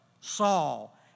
Saul